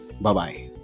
bye-bye